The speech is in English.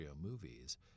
movies